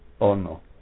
Ono